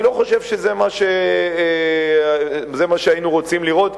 אני לא חושב שזה מה שהיינו רוצים לראות,